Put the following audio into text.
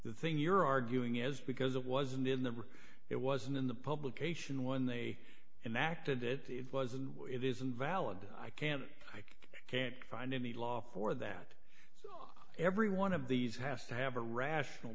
the thing you're arguing is because it wasn't in the room it wasn't in the publication when they enacted it it wasn't it isn't valid i can't i can't find any law for that every one of these has to have a rational